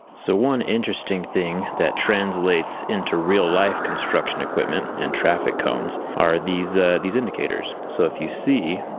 so one interesting thing that translates into real life construction equipment and traffic cones are these ah these indicators. so if you see,